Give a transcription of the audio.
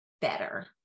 better